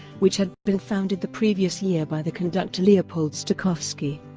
which had been founded the previous year by the conductor leopold stokowski.